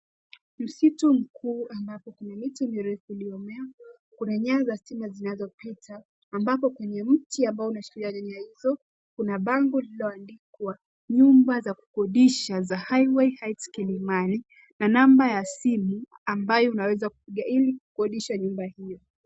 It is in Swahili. Msitu mkuu ambapo kuna miti mirefu iliyomea. Kuna nyaya za stima inayopita ambapo kwenye mti ambao unashikilia nyaya hizo kuna bango lililoandikwa nyumba za kukodisha za Highway Heights Kilimani na namba ya simu ambayo unaweza piga ili kukodisha nyumba hiyo.